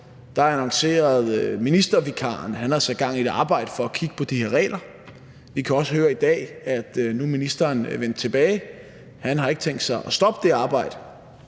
annoncerede ministervikaren, at han havde sat gang i et arbejde med at kigge på de her regler. Vi kan også høre i dag, at ministeren, som nu er vendt tilbage, ikke har tænkt sig at stoppe det arbejde.